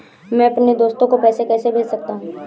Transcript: मैं अपने दोस्त को पैसे कैसे भेज सकता हूँ?